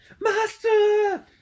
Master